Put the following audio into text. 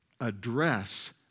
address